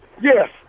Yes